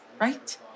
right